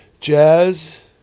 jazz